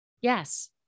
Yes